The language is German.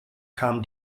kam